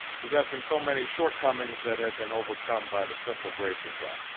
possessing so many shortcomings that have been overcome by the simple grace of god.